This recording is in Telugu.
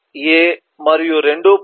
3 A మరియు 2